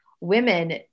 women